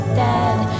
dead